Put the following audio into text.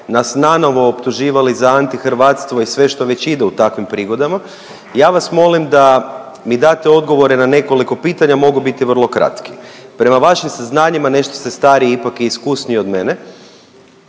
nas nanovo optuživali za antihrvatstvo i sve što već ide u takvim prigodama, ja vas molim da mi date odgovore na nekoliko pitanja mogu biti vrlo kratki. Prema vašim saznanjima, nešto ste stariji ipak i iskusniji od mene,